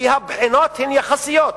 כי הבחינות הן יחסיות.